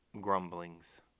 grumblings